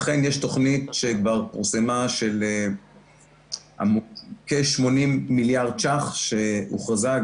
אכן יש תוכנית שכבר פורסמה של כ-80 מיליארד שקלים שהוכרזה.